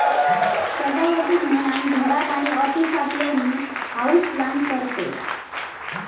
सजावटीक म्हणान घरात आणि ऑफिसातल्यानी हाऊसप्लांट करतत